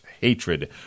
hatred